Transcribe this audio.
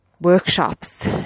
workshops